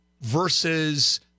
versus